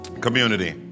community